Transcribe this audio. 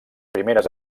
primeres